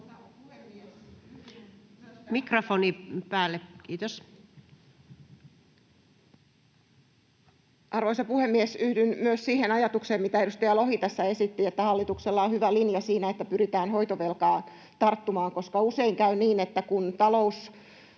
Content: Arvoisa puhemies! Yhdyn myös siihen ajatukseen, mitä edustaja Lohi tässä esitti, että hallituksella on hyvä linja siinä, että pyritään hoitovelkaan tarttumaan, koska usein käy niin, että kun talous